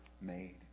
made